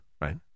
right